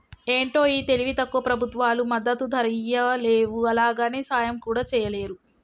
ఏంటో ఈ తెలివి తక్కువ ప్రభుత్వాలు మద్దతు ధరియ్యలేవు, అలాగని సాయం కూడా చెయ్యలేరు